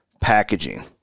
packaging